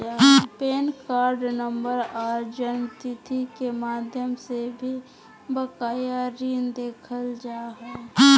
pan card number आर जन्मतिथि के माध्यम से भी बकाया ऋण देखल जा हय